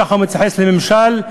כך הוא מתייחס לממשל.